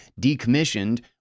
decommissioned